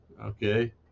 Okay